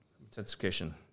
Intensification